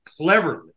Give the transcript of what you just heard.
cleverly